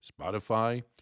Spotify